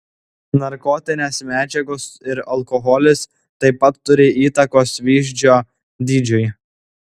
narkotinės medžiagos ir alkoholis taip pat turi įtakos vyzdžio dydžiui